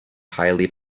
highly